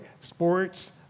Sports